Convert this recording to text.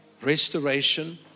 Restoration